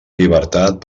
llibertat